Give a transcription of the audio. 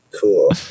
cool